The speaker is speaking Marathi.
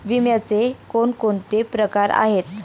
विम्याचे कोणकोणते प्रकार आहेत?